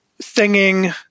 singing